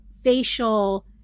facial